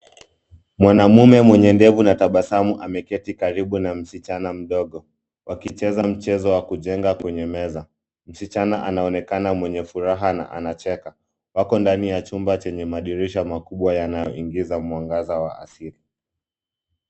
Mwanamume mwenye ndevu na tabasamu ameketi karibu na msichana mdogo wakicheza mchezo wa kujenga kwenye meza. Msichana anaonekana mwenye furaha na anacheka. Wako ndani ya chumba chenye madirisha makubwa yanayoingiza mwanga wa asili.